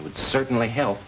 it would certainly help